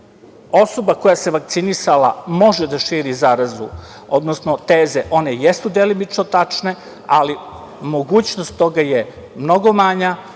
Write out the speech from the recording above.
osoba koja se vakcinisala može da širi zarazu, odnosno teze, one jesu delimično tačne, ali mogućnost toga je mnogo manja,